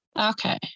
Okay